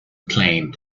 claimed